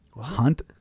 hunt